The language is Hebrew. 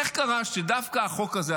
איך קרה שדווקא החוק הזה,